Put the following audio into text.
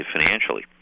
financially